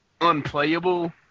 unplayable